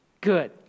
Good